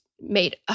made